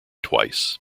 twice